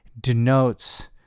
denotes